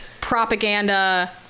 propaganda